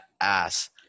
ass